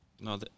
No